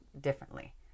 differently